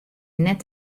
net